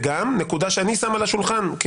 ונקודה שאני שם על השולחן,